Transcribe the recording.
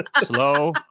slow